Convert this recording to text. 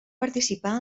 participar